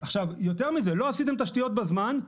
יותר מזה, לא עשיתם תשתיות בזמן,